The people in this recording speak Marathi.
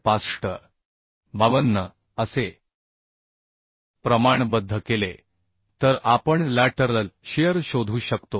52 असे प्रमाणबद्ध केले तर आपण लॅटरल शिअर शोधू शकतो